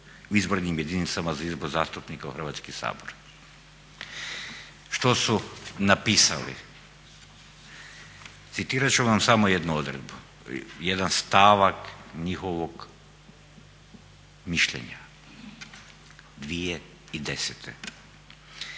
o izbornim jedinicama za izbor zastupnika u Hrvatski sabor. Što su napisali? Citirati ću vam samo jednu odredbu, jedan stavak njihovog mišljenja 2010.